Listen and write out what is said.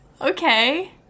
Okay